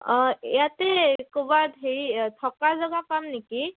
অঁ ইয়াতে ক'ৰবাত হেৰি থকা জাগা পাম নেকি